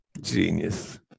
Genius